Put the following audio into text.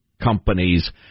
companies